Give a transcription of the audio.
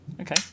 Okay